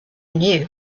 knew